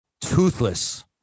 toothless